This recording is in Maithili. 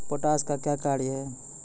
पोटास का क्या कार्य हैं?